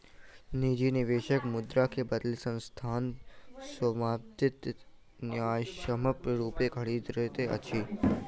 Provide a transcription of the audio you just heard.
निजी निवेशक मुद्रा के बदले संस्थानक स्वामित्व न्यायसम्यक रूपेँ खरीद करैत अछि